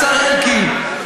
השר אלקין,